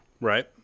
Right